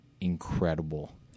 incredible